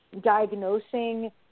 diagnosing